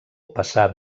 passà